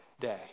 day